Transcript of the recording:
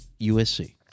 USC